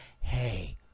Hey